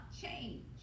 change